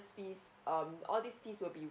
fees um all these fees will be